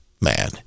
man